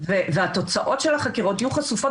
והתוצאות של החקירות יהיו חשופות